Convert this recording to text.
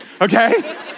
Okay